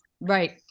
Right